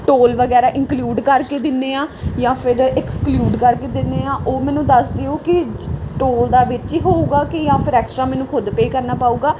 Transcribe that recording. toll ਵਗੈਰਾ include ਕਰਕੇ ਦਿੰਦੇ ਆ ਜਾਂ ਫਿਰ ਐਕਸਕਲੂਡ ਕਰ ਕੇ ਦਿੰਦੇ ਆ ਉਹ ਮੈਨੂੰ ਦੱਸ ਦਿਓ ਕਿ ਟੋਲ ਦਾ ਵਿੱਚ ਹੀ ਹੋਊਗਾ ਕਿ ਜਾਂ ਫਿਰ ਐਕਸਟਰਾ ਮੈਨੂੰ ਖੁਦ ਪੇ ਕਰਨਾ ਪਊਗਾ